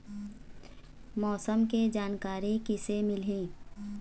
मौसम के जानकारी किसे मिलही?